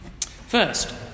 First